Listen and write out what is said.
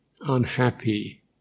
unhappy